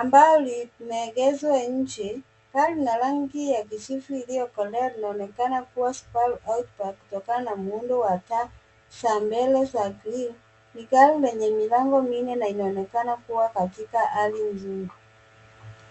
ambalo limeegeshwa nje. Gari lina rangi ya kijivu iliyokolea, linaonekana kuwa Subaru Outback kutokana na muundo wa taa za mbele za grill . Ni gari lenye milango minne na linaonekana kuwa katika hali nzuri.